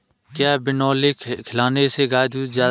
क्या बिनोले खिलाने से गाय दूध ज्यादा देती है?